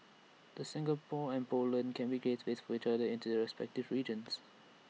the Singapore and Poland can be gateways for each other into their respective regions